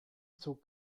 zog